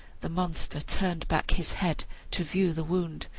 the monster turned back his head to view the wound,